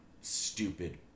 stupid